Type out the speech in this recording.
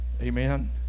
amen